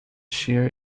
shear